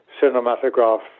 cinematograph